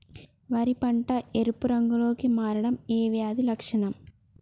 వరి పంట ఎరుపు రంగు లో కి మారడం ఏ వ్యాధి లక్షణం?